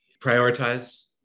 prioritize